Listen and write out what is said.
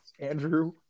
Andrew